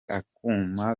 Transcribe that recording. akuma